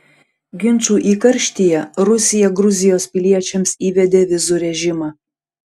ginčų įkarštyje rusija gruzijos piliečiams įvedė vizų režimą